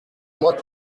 looked